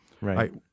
Right